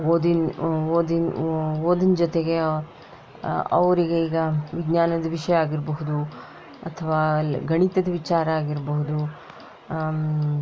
ಓದಿನ ಓದಿನ ಓದಿನ ಜೊತೆಗೆ ಅವರಿಗೆ ಈಗ ವಿಜ್ಞಾನದ ವಿಷಯ ಆಗಿರಬಹುದು ಅಥವಾ ಲೆ ಗಣಿತದ ವಿಚಾರ ಆಗಿರಬಹುದು